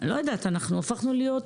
אני לא יודעת, הפכנו להיות